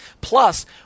Plus